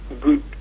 good